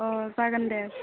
अ जागोन दे